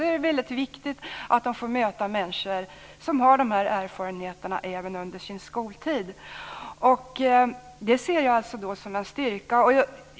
Det är väldigt viktigt att de även under sin skoltid får möta människor som har de här erfarenheterna. Det ser jag som en styrka.